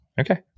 okay